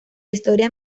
historia